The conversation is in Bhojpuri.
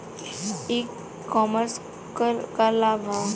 ई कॉमर्स क का लाभ ह?